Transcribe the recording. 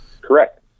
Correct